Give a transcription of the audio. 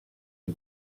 are